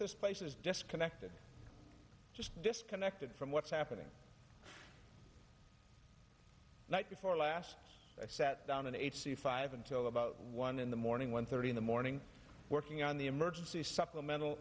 this place is disconnected just disconnected from what's happening night before last i sat down in eighty five until about one in the morning one thirty in the morning working on the emergency supplemental